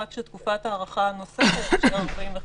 רק שתקופת ההארכה הנוספת של 45 ימים.